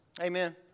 Amen